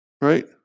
Right